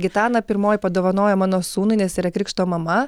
gitana pirmoji padovanojo mano sūnui nes yra krikšto mama